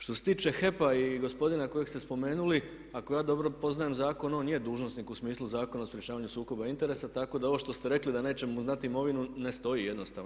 Što se tiče HEP-a i gospodina kojeg ste spomenuli, ako ja dobro poznajem zakon on je dužnosnik u smislu Zakona o sprječavanju sukoba interesa, tako da ovo što ste rekli da nećemo znati imovinu ne stoji jednostavno.